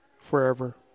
forever